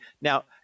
Now –